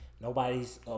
Nobody's